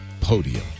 Podium